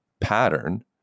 pattern